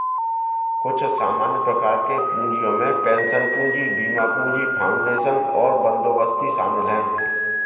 कुछ सामान्य प्रकार के पूँजियो में पेंशन पूंजी, बीमा पूंजी, फाउंडेशन और बंदोबस्ती शामिल हैं